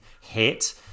hit